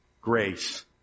grace